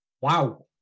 Wow